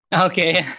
Okay